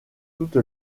toute